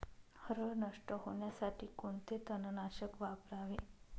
हरळ नष्ट होण्यासाठी कोणते तणनाशक वापरावे?